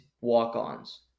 walk-ons